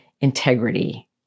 integrity